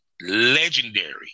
legendary